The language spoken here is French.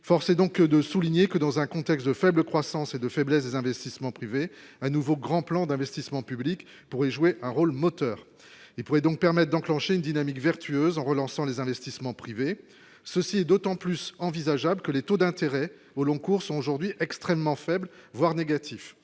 force est donc de souligner que dans un contexte de faible croissance et de faiblesse des investissements privés un nouveau grand plan d'investissement public pourrait jouer un rôle moteur, il pourrait donc permette d'enclencher une dynamique vertueuse, en relançant les investissements privés : ceci est d'autant plus envisageable que les taux d'intérêt au long cours sont aujourd'hui extrêmement faible, voire négatif